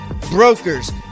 brokers